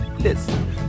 Listen